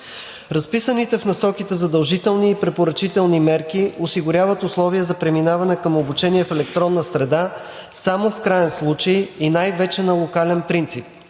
Разписаните в насоките задължителни и препоръчителни мерки осигуряват условия за преминаване към обучение в електронна среда само в краен случай и най-вече на локален принцип